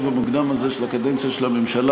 זה סיפור